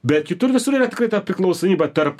bet kitur visur yra tikrai ta priklausomybė tarp